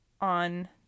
on